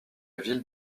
ville